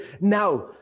Now